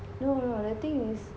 no no the thing is